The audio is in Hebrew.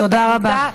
תודה רבה.